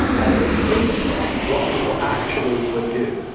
as distinct from what people actually would do.